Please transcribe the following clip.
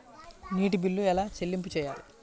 నీటి బిల్లు ఎలా చెల్లింపు చేయాలి?